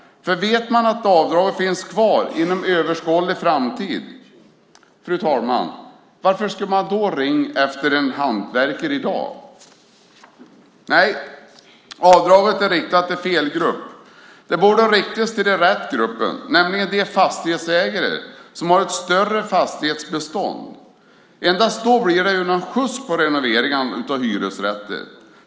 Vet man att avdraget finns kvar inom överskådlig framtid, fru talman, varför ska man då ringa efter en hantverkare i dag? Avdraget är riktat till fel grupp. Det borde riktas till den rätta gruppen, nämligen de fastighetsägare som har ett större fastighetsbestånd. Endast då blir det någon skjuts på renoveringarna av hyresrätterna.